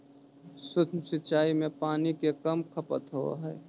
सूक्ष्म सिंचाई में पानी के कम खपत होवऽ हइ